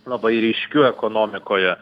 labai ryškiu ekonomikoje